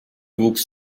wuchs